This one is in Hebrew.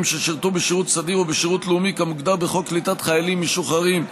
ששירתו בשירות סדיר או שירות לאומי כמוגדר בחוק קליטת חיילים משוחררים,